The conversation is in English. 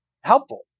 helpful